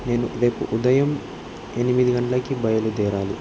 నేను రేపు ఉదయం ఎనిమిది గంటలకి బయలుదేరాలి